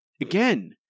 again